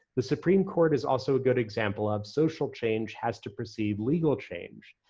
the supreme court is also a good example of social change has to proceed legal change.